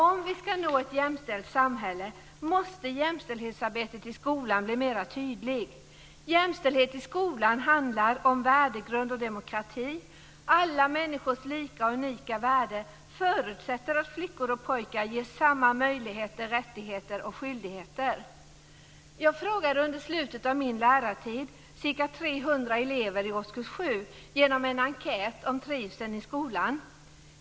Om vi ska nå ett jämställt samhälle måste jämställdhetsarbetet i skolan bli mera tydligt. Jämställdhet i skolan handlar om värdegrund och demokrati. Alla människors lika och unika värde förutsätter att flickor och pojkar ges samma möjligheter, rättigheter och skyldigheter. Jag frågade under slutet av min lärartid ca 300 elever i årskurs 7 genom en enkät om trivseln i skolan.